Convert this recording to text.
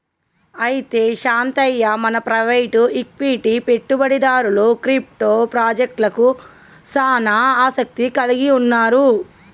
అయితే శాంతయ్య మన private equity పెట్టుబడిదారులు క్రిప్టో పాజెక్టలకు సానా ఆసత్తి కలిగి ఉన్నారు